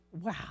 Wow